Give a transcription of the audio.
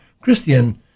Christian